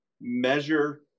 measure